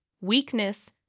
weakness